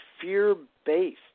fear-based